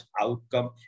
outcome